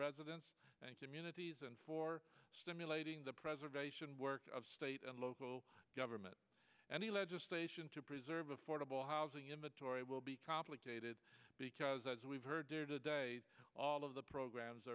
residents thanks immunities and for simulating the preservation work of state and local government any legislation to preserve affordable housing inventory will be complicated because as we've heard today all of the programs